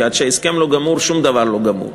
כי עד שההסכם לא גמור שום דבר לא גמור.